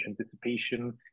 anticipation